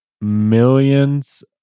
millions